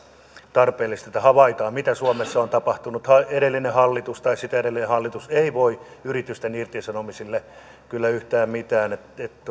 tarpeellista että havaitaan mitä suomessa on tapahtunut edellinen hallitus tai sitä edellinen hallitus ei voi yritysten irtisanomisille kyllä yhtään mitään